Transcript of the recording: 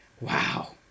Wow